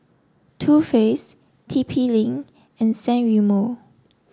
Too Faced T P link and San Remo